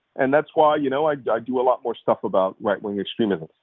and that's why you know i do a lot more stuff about right-wing extremism.